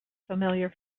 familiar